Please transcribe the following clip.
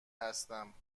هستم